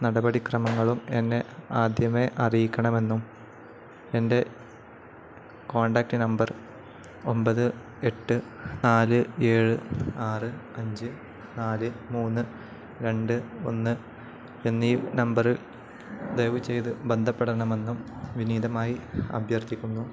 നടപടിക്രമങ്ങളും എന്നെ ആദ്യമേ അറിയിക്കണമെന്നും എൻ്റെ കോൺടാക്റ്റ് നമ്പർ ഒമ്പത് എട്ട് നാല് ഏഴ് ആറ് അഞ്ച് നാല് മൂന്ന് രണ്ട് ഒന്ന് എന്നീ നമ്പറിൽ ദയവു ചെയ്തു ബന്ധപ്പെടണമെന്നും വിനീതമായി അഭ്യർത്ഥിക്കുന്നു